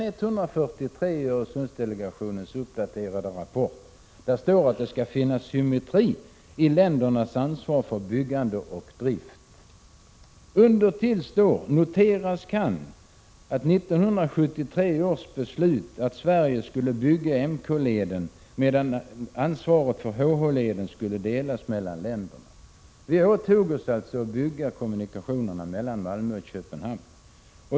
143i Öresundsdelegationens uppdaterade rapport står att det skall finnas symmetri i ländernas ansvar för byggande och drift. Undertill står det: Man kan notera att det 1973 beslöts att Sverige skulle bygga MK-leden, medan ansvaret för HH-leden skulle delas mellan länderna. Vi åtog oss alltså att bygga kommunikationerna mellan Malmö och Köpenhamn.